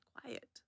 quiet